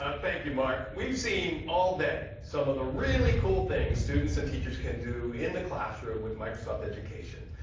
ah thank you, mark. we've seen all day some of the really cool things students and teachers can do in the classroom with microsoft education,